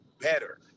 better